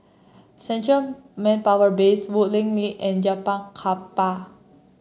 Central Manpower Base Woodleigh Link and Japang Kapal